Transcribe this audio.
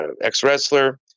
ex-wrestler